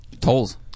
tolls